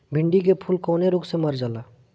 भिन्डी के फूल कौने रोग से मर जाला?